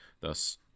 thus